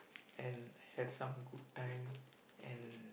and have some good time and